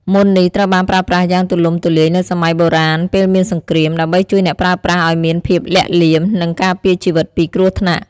មន្តនេះត្រូវបានប្រើប្រាស់យ៉ាងទូលំទូលាយនៅសម័យបុរាណពេលមានសង្គ្រាម ដើម្បីជួយអ្នកប្រើប្រាស់ឲ្យមានភាពលាក់លៀម និងការពារជីវិតពីគ្រោះថ្នាក់។